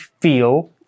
feel